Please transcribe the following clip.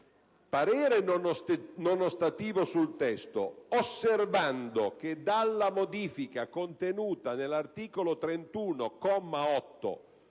«parere non ostativo sul testo, osservando che dalla modifica contenuta nell'articolo 31,